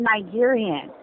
Nigerian